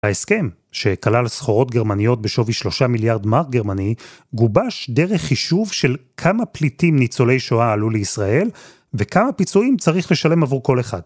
ההסכם שכלל סחורות גרמניות בשווי שלושה מיליארד מרק גרמני, גובש דרך חישוב של כמה פליטים ניצולי שואה עלו לישראל, וכמה פיצויים צריך לשלם עבור כל אחד.